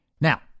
Now